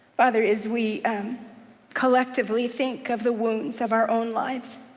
father as we collectively think of the wounds of our own lives,